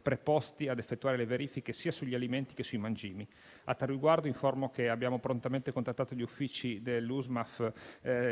preposti ad effettuare le verifiche sia sugli alimenti che sui mangimi. A tal riguardo informo che abbiamo prontamente contattato gli Uffici di